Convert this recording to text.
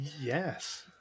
Yes